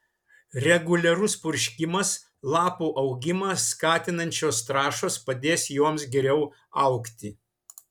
reguliarus purškimas lapų augimą skatinančios trąšos padės joms geriau augti